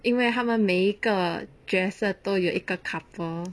因为他们每一个角色都有一个 couple